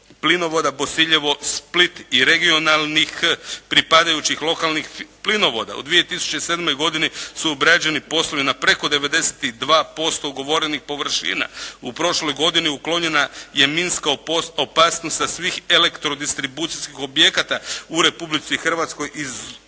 plinovoda Bosiljevo-Split i regionalnih pripadajućih lokalnih plinovoda. U 2007. godini su obrađeni poslovi na preko 92% ugovorenih površina. U prošloj godini uklonjena je minska opasnost sa svih elektrodistribucijskih objekata u Republici Hrvatskoj izuzevši